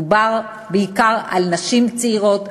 מדובר בעיקר על נשים צעירות,